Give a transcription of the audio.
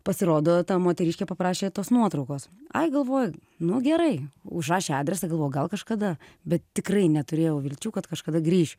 pasirodo ta moteriškė paprašė tos nuotraukos ai galvoju nu gerai užrašė adresą galvojau gal kažkada bet tikrai neturėjau vilčių kad kažkada grįšiu